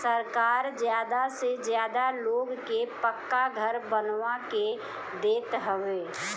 सरकार ज्यादा से ज्यादा लोग के पक्का घर बनवा के देत हवे